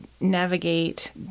navigate